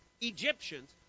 Egyptians